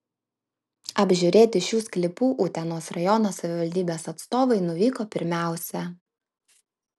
apžiūrėti šių sklypų utenos rajono savivaldybės atstovai nuvyko pirmiausia